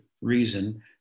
reason